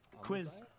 quiz